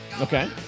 Okay